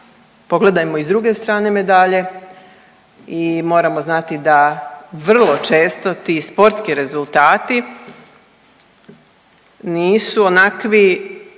pogledajmo i s druge strane medalje i moramo znati da vrlo često ti sportski rezultati nisu onakvi